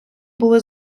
були